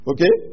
Okay